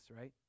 right